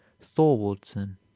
thorwaldsen